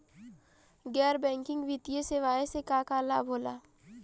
गैर बैंकिंग वित्तीय सेवाएं से का का लाभ होला?